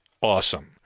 awesome